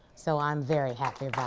so i'm very happy